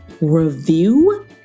review